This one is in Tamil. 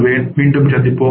மிக்க நன்றி